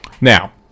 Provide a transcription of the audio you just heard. Now